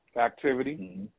activity